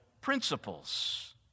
principles